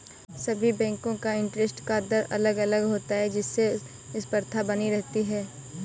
सभी बेंको का इंटरेस्ट का दर अलग अलग होता है जिससे स्पर्धा बनी रहती है